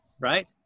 Right